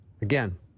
Again